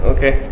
Okay